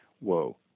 whoa